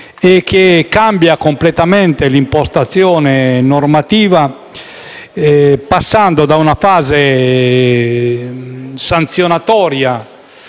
che cambia completamente l'impostazione normativa passando da una fase sanzionatoria